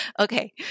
Okay